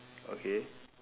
okay